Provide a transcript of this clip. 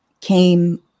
came